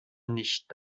nicht